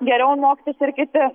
geriau mokytis ir kiti